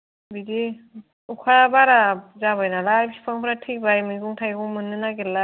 बिदि अखाया बारा जाबाय नालाय बिफांफोरा थैबाय मैगां थाइगं मोननो नागिरला